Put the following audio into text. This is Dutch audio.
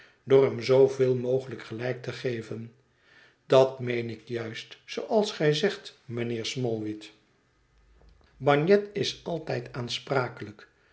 door hem zooveel mogelijk gelijk te geven dat meen ik juist zooals gij zegt mijnheer smallweed bagnet is altijd